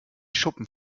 schuppen